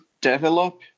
develop